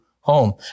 home